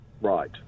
right